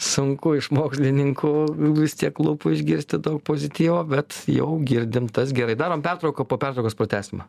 sunku iš mokslininkų vis tiek lūpų išgirsti daug pozityvo bet jau girdim tas gerai darom pertrauką po pertraukos pratęsime